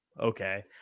okay